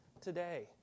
today